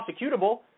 prosecutable